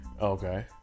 Okay